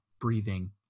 breathing